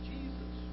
Jesus